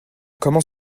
comment